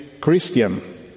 Christian